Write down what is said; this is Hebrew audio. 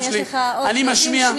אורן, יש לך עוד 30 שניות.